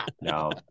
No